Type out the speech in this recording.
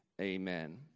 amen